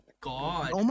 god